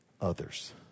others